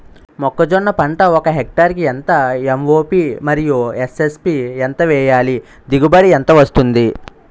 మొక్కజొన్న పంట ఒక హెక్టార్ కి ఎంత ఎం.ఓ.పి మరియు ఎస్.ఎస్.పి ఎంత వేయాలి? దిగుబడి ఎంత వస్తుంది?